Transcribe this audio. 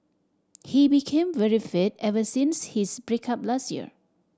he became very fit ever since his break up last year